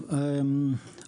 תחילה אענה שלא, זה לא נכון.